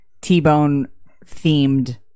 T-Bone-themed